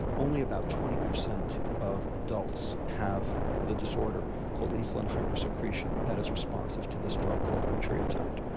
only about twenty percent of adults have the disorder called insulin hyper secretion that is responsive to this drug called octreotide.